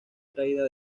traída